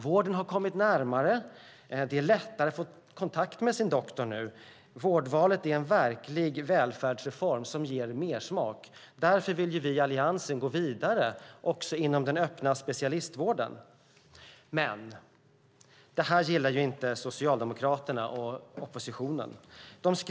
Vården har kommit närmare. Det är lättare att få kontakt med sin doktor nu. Vårdvalet är en verklig välfärdsreform som ger mersmak. Därför vill vi i Alliansen gå vidare också inom den öppna specialistvården. Men det gillar inte Socialdemokraterna och oppositionen.